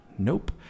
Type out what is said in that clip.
nope